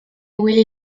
willy